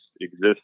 exist